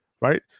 right